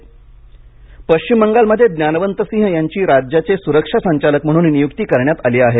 पश्चिम बंगाल पश्चिम बंगालमध्ये ज्ञानवंत सिंह यांची राज्याचे सुरक्षा संचालक म्हणून नियुक्ती करण्यात आली आहे